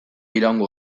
iraungo